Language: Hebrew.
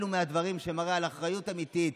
אלו מהדברים שמראים על אחריות אמיתית,